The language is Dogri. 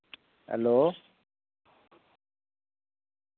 हैलो